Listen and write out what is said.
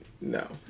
no